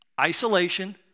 isolation